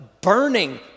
burning